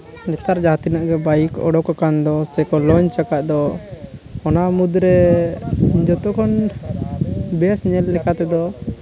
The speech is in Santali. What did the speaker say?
ᱱᱮᱛᱟᱨ ᱡᱟᱦᱟᱸ ᱛᱤᱱᱟᱹᱜ ᱜᱮ ᱵᱟᱭᱤᱠ ᱚᱰᱳᱠ ᱟᱠᱟᱱ ᱥᱮ ᱠᱚ ᱞᱚᱧᱡᱽ ᱟᱠᱟᱫ ᱫᱚ ᱚᱱᱟ ᱢᱩᱫᱽᱨᱮ ᱡᱚᱛᱚ ᱠᱷᱚᱱ ᱵᱮᱥ ᱧᱮᱞ ᱞᱮᱠᱟ ᱛᱮᱫᱚ